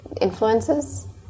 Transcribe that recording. influences